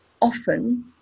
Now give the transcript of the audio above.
often